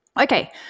Okay